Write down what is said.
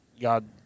God